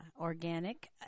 Organic